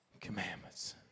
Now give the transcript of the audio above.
commandments